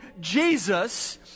Jesus